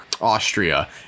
Austria